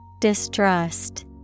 Distrust